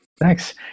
Thanks